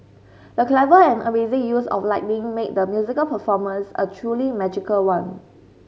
the clever and amazing use of lighting made the musical performance a truly magical one